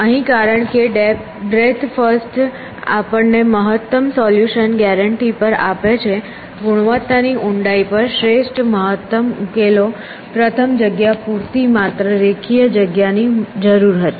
અહીં કારણ કે બ્રેડ્થ ફર્સ્ટ આપણને મહત્તમ સોલ્યુશન ગેરંટી પર આપે છે ગુણવત્તાની ઊંડાઈ પર શ્રેષ્ઠ મહત્તમ ઉકેલો પ્રથમ જગ્યા પૂરતી માત્ર રેખીય જગ્યાની જરૂર હતી